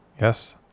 Yes